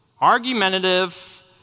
argumentative